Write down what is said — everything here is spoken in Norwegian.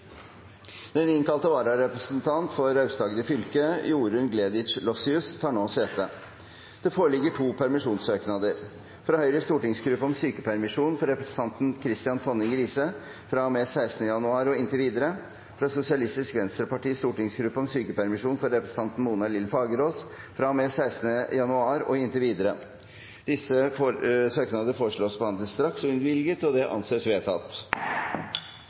Den innkalte vararepresentant for Aust-Agder fylke, Jorunn Gleditsch Lossius , tar nå sete. Det foreligger to permisjonssøknader: fra Høyres stortingsgruppe om sykepermisjon for representanten Kristian Tonning Riise fra og med 16. januar og inntil videre fra Sosialistisk Venstrepartis stortingsgruppe om sykepermisjon for representanten Mona Lill Fagerås fra og med 16. januar og inntil videre Etter forslag fra presidenten ble enstemmig besluttet: Søknadene behandles straks og